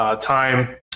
time